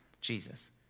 Jesus